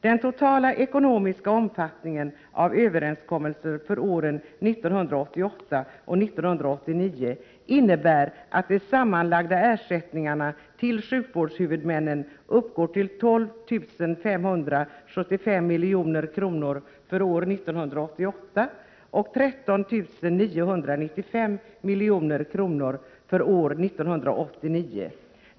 Den totala ekonomiska omfattningen av överenskommelsen för åren 1988 och 1989 innebär att de sammanlagda ersättningarna till sjukvårdshuvudmännen uppgår till 12 575 milj.kr. för år 1988 och 13 995 milj.kr. för år 1989.